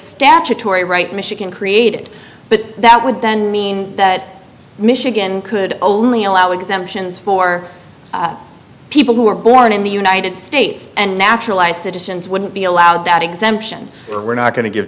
statutory right michigan created but that would then mean that michigan could only allow exemptions for people who are born in the united states and naturalized citizens wouldn't be allowed that exemption were not going to give